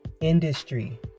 industry